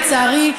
לצערי,